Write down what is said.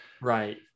Right